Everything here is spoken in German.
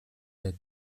der